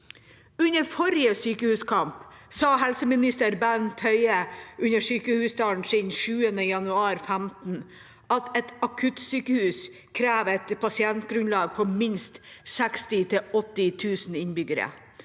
Under forrige sykehuskamp sa helseminister Bent Høie under sykehustalen sin 7. januar 2015 at et akuttsykehus krever et pasientgrunnlag på minst 60 000 til 80 000 innbyggere,